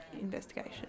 investigation